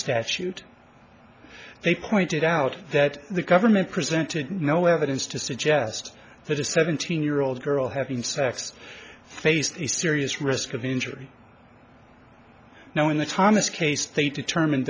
statute they pointed out that the government presented no evidence to suggest that a seventeen year old girl having sex faced a serious risk of injury now in the thomas case they determine